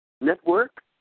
network